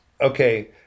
okay